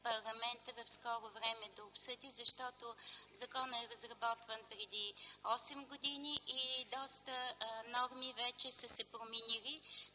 парламента в скоро време да обсъди, защото законът е разработван преди осем години и много норми вече са се променили.